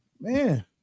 man